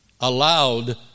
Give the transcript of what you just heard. Allowed